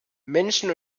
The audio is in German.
menschen